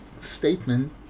statement